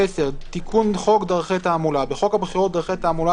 תיקון חוק דרכי תעמולה 10. בחוק הבחירות (דרכי תעמולה),